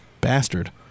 bastard